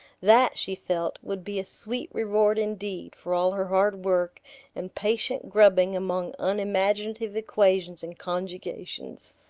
that, she felt, would be a sweet reward indeed for all her hard work and patient grubbing among unimaginative equations and conjugations.